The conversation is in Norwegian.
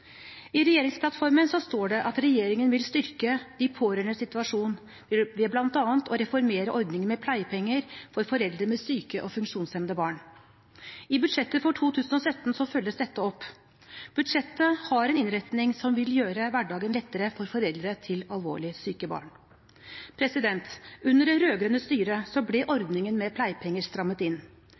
I regjeringsplattformen står det at regjeringen vil styrke de pårørendes situasjon ved bl.a. å reformere ordningen med pleiepenger for foreldre med syke og funksjonshemmede barn. I budsjettet for 2017 følges dette opp. Budsjettet har en innretning som vil gjøre hverdagen lettere for foreldre til alvorlig syke barn. Under det rød-grønne styret ble ordningen med pleiepenger strammet inn.